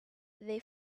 they